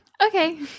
Okay